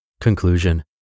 Conclusion